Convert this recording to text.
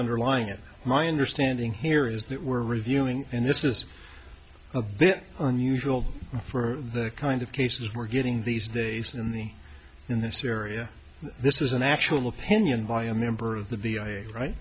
underlying it my understanding here is that we're reviewing and this is this unusual for the kind of cases we're getting these days in the in this area this is an actual opinion by a member of the